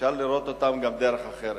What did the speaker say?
אפשר לראות אותם גם בדרך אחרת.